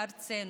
בארצנו.